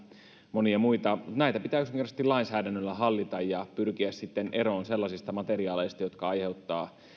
monia muita näitä pitää yksinkertaisesti lainsäädännöllä hallita ja pyrkiä eroon sellaisista materiaaleista jotka aiheuttavat